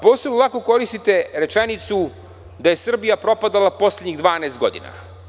Posebno lako koristite rečenicu da je Srbija propadala poslednjih 12 godina.